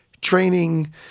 training